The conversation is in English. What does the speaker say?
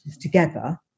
together